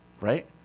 right